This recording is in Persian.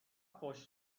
خوش